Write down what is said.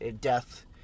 death